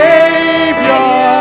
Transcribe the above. Savior